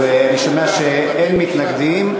אז אני שומע שאין מתנגדים.